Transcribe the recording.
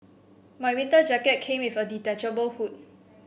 my winter jacket came with a detachable hood